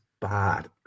bad